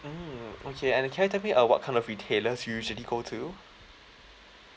mm okay and can you tell me uh what kind of retailers you usually go to